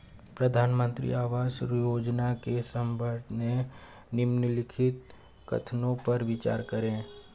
प्रधानमंत्री आवास योजना के संदर्भ में निम्नलिखित कथनों पर विचार करें?